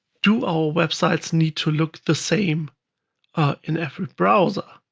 do all websites need to look the same in every browser?